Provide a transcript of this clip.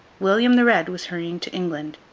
william the red was hurrying to england,